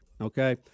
okay